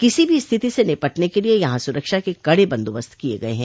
किसी भी स्थिति से निपटने के लिये यहां सुरक्षा के कड़े बंदोबस्त किये गये हैं